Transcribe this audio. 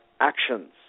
actions